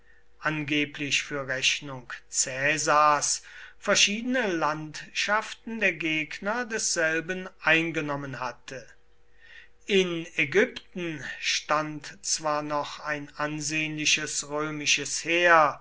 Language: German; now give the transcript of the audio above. angeblich für rechnung caesars verschiedene landschaften der gegner desselben eingenommen hatte in ägypten stand zwar noch ein ansehnliches römisches heer